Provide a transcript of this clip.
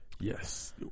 yes